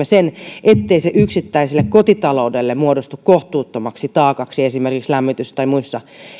sen ettei se yksittäiselle kotitaloudelle muodostu kohtuuttomaksi taakaksi esimerkiksi lämmitys tai muissa